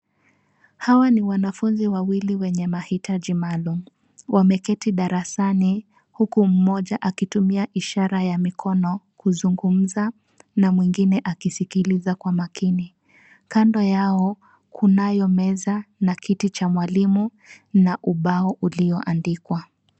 Hawa ni wanafunzi wawili wenye mahitaji maalum. Wameketi darasani huku mmoja akitumia ishara ya mikono kuzungumza na mwingine akiskiliza kwa makini. Kando yao kunayo meza ,na kiti cha mwalimu na ubao ulio andikwa.